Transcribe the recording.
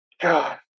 God